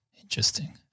interesting